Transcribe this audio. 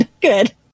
Good